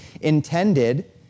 intended